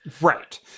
right